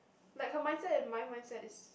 like her mindset and my mindset is